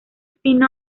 spin